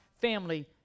family